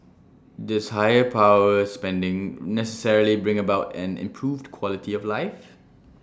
does higher power spending necessarily bring about an improved quality of life